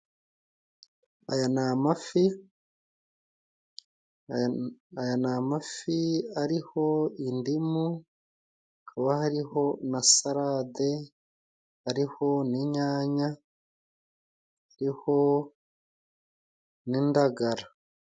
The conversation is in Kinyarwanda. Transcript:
Aya ni amafi ariho indimu, hakaba hariho na salade, hariho n'inyanya, hariho n'indagara.